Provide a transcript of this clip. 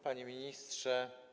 Panie Ministrze!